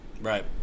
Right